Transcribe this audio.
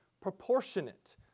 proportionate